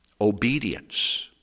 Obedience